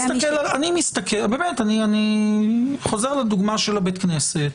אני חוזר לדוגמה של הבית כנסת,